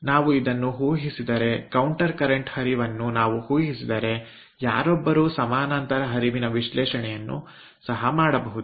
ನಾವು ಇದನ್ನು ಊಹಿಸಿದರೆಕೌಂಟರ್ ಕರೆಂಟ್ ಹರಿವನ್ನು ನಾವು ಊಹಿಸಿದರೆ ಯಾರೊಬ್ಬರೂ ಸಮಾನಾಂತರ ಹರಿವಿನ ವಿಶ್ಲೇಷಣೆಯನ್ನು ಸಹ ಮಾಡಬಹುದು